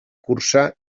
cursa